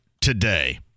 today